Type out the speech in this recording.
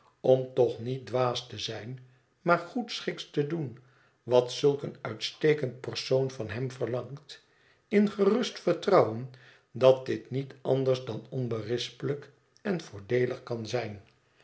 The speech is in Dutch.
om toch niet dwaas te zijn maar goedschiks te doen wat zulk een uitstekend persoon van hem verlangt in gerust vertrouwen dat dit niet anders dan onberispelijk en voordeelig kan zijn